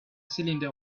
cylinder